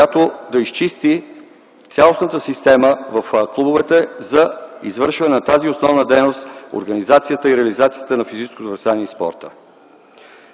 която да изчисти цялостната система в клубовете за извършване на тази основна дейност – организацията и реализацията на физическото възпитание и спорта.